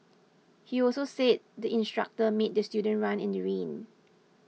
he also said the instructor made the student run in the rain